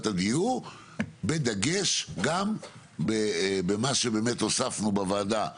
הדיור בדגש גם על במה שהוספנו בוועדה הקודמת,